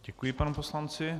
Děkuji panu poslanci.